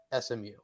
SMU